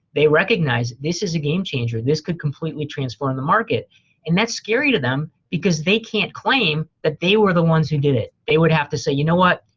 they recognize this is a game changer. this could completely transform the market and that's scary to them because they can't claim that they were the ones who did it. they would have to say, you know what?